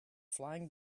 flying